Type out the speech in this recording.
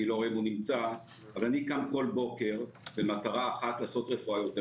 אני קם כל בוקר במטרה אחת לעשות רפואה טובה יותר.